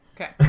Okay